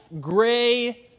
gray